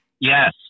Yes